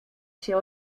się